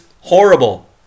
horrible